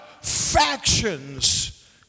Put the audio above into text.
Factions